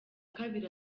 kabiri